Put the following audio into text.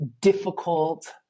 difficult